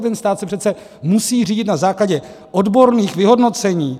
Ten stát se přece musí řídit na základě odborných vyhodnocení.